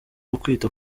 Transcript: ukwita